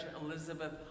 Elizabeth